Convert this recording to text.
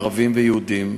ערבים ויהודים,